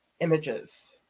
images